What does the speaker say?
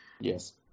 Yes